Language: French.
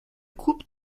coupe